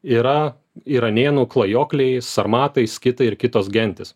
yra iranėnų klajokliai sarmatai skitai ir kitos gentys